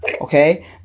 Okay